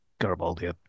Garibaldi